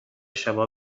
شبا